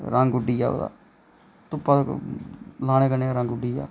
रंग उड्डी गेआ ओह्दा धुप्पा लानै कन्नै रंग उड्डी गेआ ओह्दा